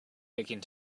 picking